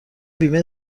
بیمه